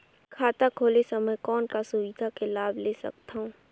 खाता खोले समय कौन का सुविधा के लाभ ले सकथव?